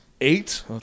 eight